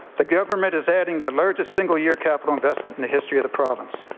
the government is adding the largest single year capital investment in the history of the province.